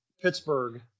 Pittsburgh